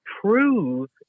prove